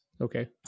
Okay